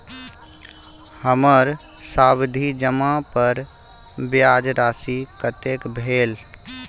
हमर सावधि जमा पर ब्याज राशि कतेक भेल?